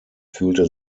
fühlte